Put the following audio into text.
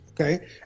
okay